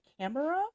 camera